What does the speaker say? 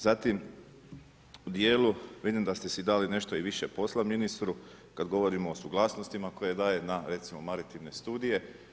Zatim u djelu, vidim da ste si dali nešto i više posla ministru, kad govorimo o suglasnostima koje daje recimo na maritivne studije.